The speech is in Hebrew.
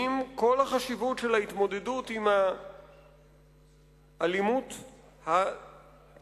עם כל החשיבות של ההתמודדות עם האלימות הצעירה,